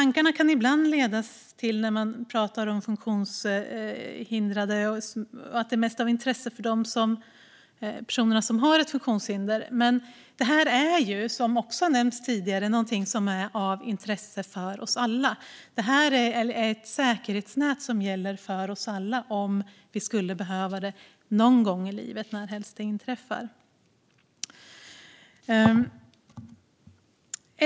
När man pratar om funktionshindrade kan det ibland leda tankarna till att det mest är av intresse för de personer som har ett funktionshinder, men som nämnts tidigare är det här något som är av intresse för oss alla. Det här är ett säkerhetsnät som gäller för oss alla om vi skulle behöva det någon gång i livet, närhelst det inträffar.